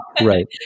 right